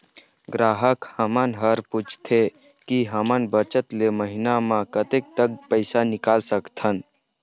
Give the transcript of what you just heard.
ग्राहक हमन हर पूछथें की हमर बचत ले महीना मा कतेक तक पैसा निकाल सकथन?